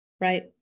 right